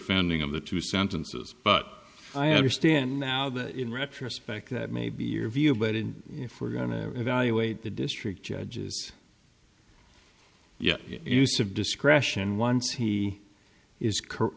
offending of the two sentences but i understand now that in retrospect that may be your view but and if we're going to evaluate the district judges yes use of discretion once he is